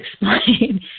explain